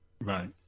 Right